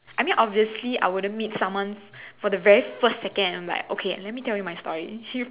I mean obviously I wouldn't meet someone for the very first second and I'm like okay let me tell you my story